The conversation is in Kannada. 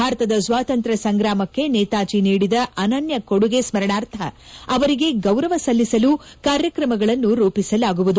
ಭಾರತದ ಸ್ವಾತಂತ್ರ್ಯ ಸಂಗ್ರಾಮಕ್ಕೆ ನೇತಾಜಿ ನೀಡಿದ ಅನನ್ನ ಕೊಡುಗೆ ಸ್ಪರಣಾರ್ಥ ಅವರಿಗೆ ಗೌರವ ಸಲ್ಲಿಸಲು ಕಾರ್ಯಕ್ರಮಗಳನ್ನು ರೂಪಿಸಲಾಗುವುದು